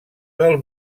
del